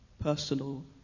personal